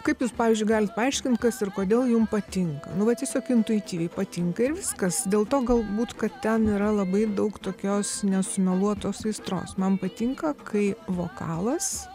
kaip jūs pavyzdžiui galit paaiškint kas ir kodėl jum patinka nu vat tiesiog intuityviai patinka ir viskas dėl to galbūt kad ten yra labai daug tokios nesumeluotos aistros man patinka kai vokalas